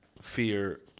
fear